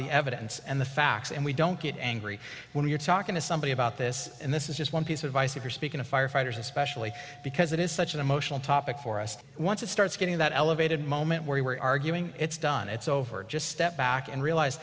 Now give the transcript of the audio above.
the evidence and the facts and we don't get angry when we're talking to somebody about this and this is just one piece of ice if you're speaking of firefighters especially because it is such an emotional topic for us once it starts getting that elevated moment where we were arguing it's done it's over just step back and realize